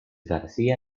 garcía